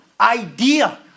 idea